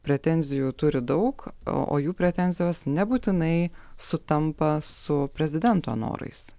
pretenzijų turi daug o jų pretenzijos nebūtinai sutampa su prezidento norais